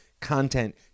content